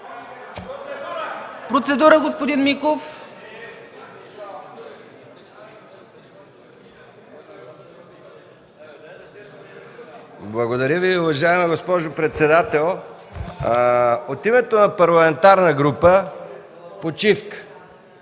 Процедура – господин Миков.